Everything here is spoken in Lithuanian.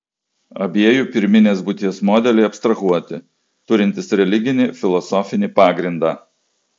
abiejų pirminės būties modeliai abstrahuoti turintys religinį filosofinį pagrindą